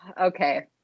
Okay